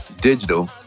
digital